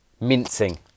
mincing